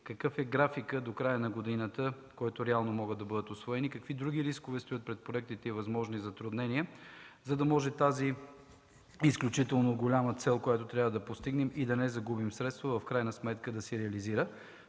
какъв е графикът до края на годината, в който реално могат да бъдат усвоени; какви други рискове стоят пред проектите и възможни затруднения, за да може тази изключително голяма цел, която трябва да постигнем и да не загубим средства, в крайна сметка да се реализира?